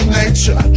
nature